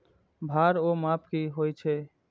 भार ओर माप की होय छै?